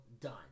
done